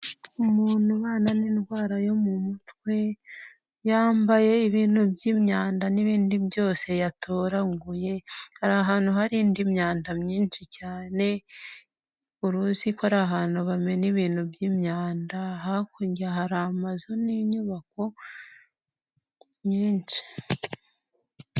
Umuntu ubana n'indwara yo mu mutwe yambaye ibintu by'imyanda n'ibindi byose yatoraguye, hari ahantu hari indi myanda myinshi cyane, uruzi ko ari ahantu bamena ibintu by'imyanda. Hakurya hari amazu n'inyubako nyinshi.